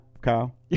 Kyle